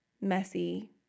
messy